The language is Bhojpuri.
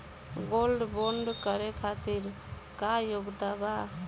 गोल्ड बोंड करे खातिर का योग्यता बा?